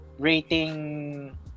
Rating